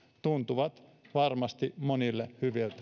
tuntuvat varmasti monille